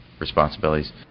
responsibilities